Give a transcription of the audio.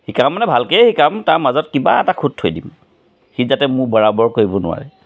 শিকাম মানে ভালকেই শিকাম তাৰ মাজত কিবা এটা খুঁত থৈ দিম সি যাতে মোৰ বৰাবৰ কৰিব নোৱাৰে